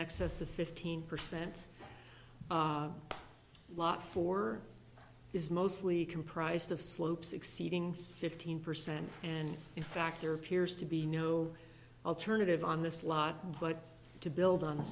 excess of fifteen percent lot for is mostly comprised of slopes exceeding fifteen percent and in fact there appears to be no alternative on this lot but to build on a